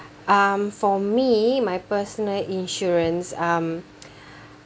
um for me my personal insurance um